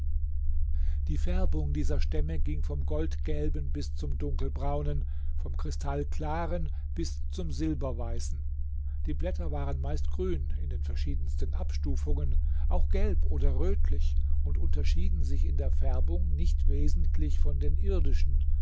die färbung dieser stämme ging vom goldgelben bis zum dunkelbraunen vom kristallklaren bis zum silberweißen die blätter waren meist grün in den verschiedensten abstufungen auch gelb oder rötlich und unterschieden sich in der färbung nicht wesentlich von den irdischen